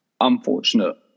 unfortunate